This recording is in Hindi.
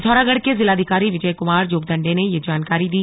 पिथौरागढ़ के जिलाधिकारी विजय कुमार जोगदंडे ने ये जानकारी दी